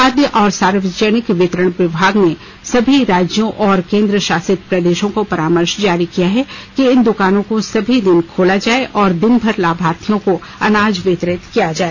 खाद्य और सार्वजनिक वितरण विभाग ने सभी राज्यों और केन्द्रशासित प्रदेशों को परामर्श जारी किया है कि इन दुकानों को सभी दिन खोला जाए और दिनभर लाभार्थियों को अनाज वितरित किया जाए